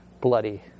bloody